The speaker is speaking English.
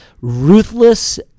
ruthless